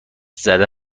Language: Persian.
زده